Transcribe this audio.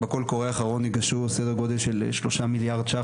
בקול קורא האחרון ניגשו סדר גודל של שלושה מיליארד ₪,